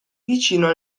vicino